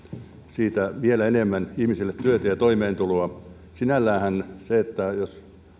siitä vielä enemmän ihmisille työtä ja toimeentuloa sinälläänhän se että